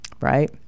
right